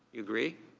you agree?